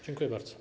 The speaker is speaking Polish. Dziękuję bardzo.